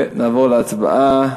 נעבור להצבעה.